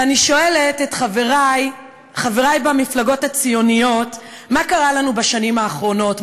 ואני שואלת את חברי במפלגות הציוניות מה קרה לנו בשנים האחרונות,